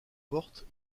portes